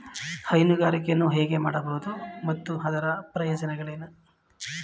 ಹೈನುಗಾರಿಕೆಯನ್ನು ಹೇಗೆ ಮಾಡಬಹುದು ಮತ್ತು ಅದರ ಪ್ರಯೋಜನಗಳೇನು?